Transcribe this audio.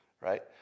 right